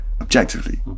objectively